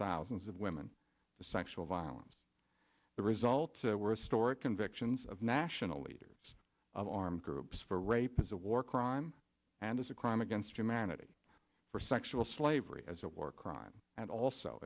thousands of women the sexual violence the results were restored convictions of national leaders of armed groups for rape is a war crime and is a crime against humanity for sexual slavery as a war crime and also